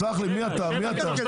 סלח לי, מי אתה?